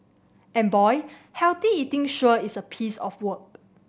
and boy healthy eating sure is a piece of work